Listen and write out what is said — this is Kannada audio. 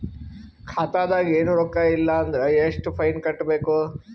ಖಾತಾದಾಗ ಏನು ರೊಕ್ಕ ಇಲ್ಲ ಅಂದರ ಎಷ್ಟ ಫೈನ್ ಕಟ್ಟಬೇಕು?